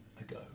ago